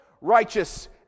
righteous